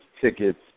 tickets